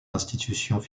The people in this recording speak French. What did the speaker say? institutions